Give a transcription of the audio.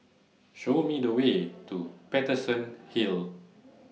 Show Me The Way to Paterson Hill